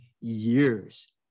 years